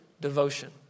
devotion